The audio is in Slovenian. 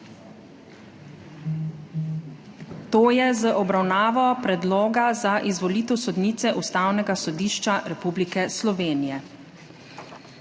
to je z obravnavo Predloga za izvolitev sodnice Ustavnega sodišča Republike Slovenije.